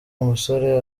umusore